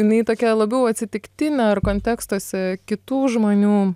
jinai tokia labiau atsitiktinė ar kontekstuose kitų žmonių